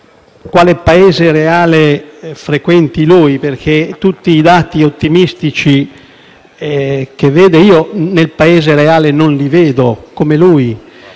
quale Paese reale frequenti perché tutti i dati ottimistici che lui vede io nel Paese reale non li vedo.